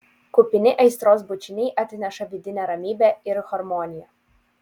kupini aistros bučiniai atneša vidinę ramybę ir harmoniją